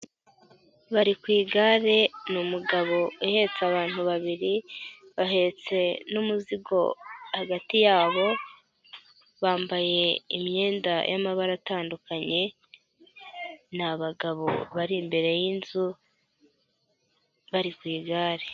Bari ku igare, ni umugabo uhetse abantu babiri bahetse n'umuzigo hagati yabo, bambaye imyenda y'amabara atandukanye. Ni abagabo bari imbere y'inzu bari ku igare.